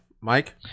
Mike